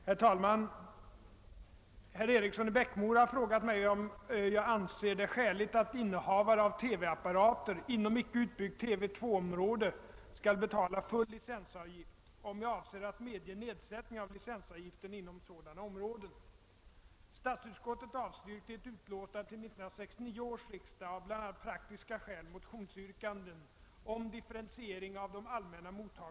Herr talman! Herr Eriksson i Bäckmora har frågat mig om jag anser det skäligt att innehavare av TV-apparater inom icke utbyggt TV 2-område skall betala full licensavgift och om jag avser att medge nedsättning av licensavgiften inom sådana områden.